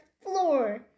floor